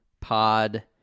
Pod